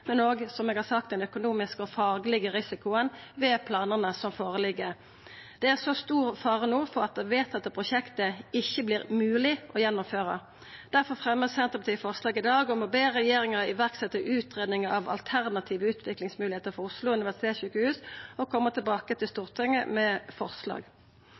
og òg, som eg har sagt, den økonomiske og faglege risikoen ved planane som ligg føre. Det er så stor fare no for at det vedtatte prosjektet ikkje vert mogleg å gjennomføra. Difor fremjar Senterpartiet, saman med SV, forslag i dag om å be regjeringa «iverksette utredning av alternative utviklingsmuligheter for Oslo universitetssykehus og komme tilbake til